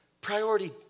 priority